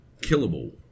killable